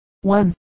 One